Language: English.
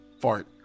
Fart